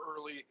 early